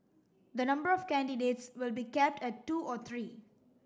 the number of candidates will be capped at two or three